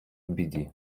біді